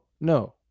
No